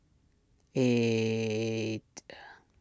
eight